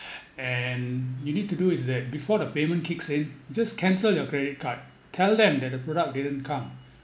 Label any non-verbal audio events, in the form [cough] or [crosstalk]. [breath] and you need to do is that before the payment kicks in just cancel your credit card tell them that the product didn't come